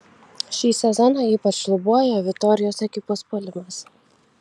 šį sezoną ypač šlubuoja vitorijos ekipos puolimas